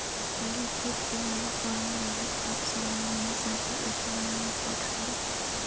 पहिले खेत के मांग कम रहे अब समय के साथे एकर मांग बढ़ रहल बा